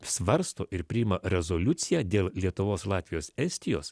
svarsto ir priima rezoliuciją dėl lietuvos ir latvijos estijos